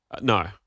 No